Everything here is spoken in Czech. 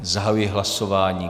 Zahajuji hlasování.